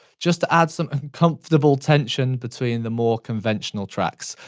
just to add some uncomfortable tension between the more conventional tracks.